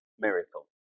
miracle